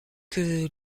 que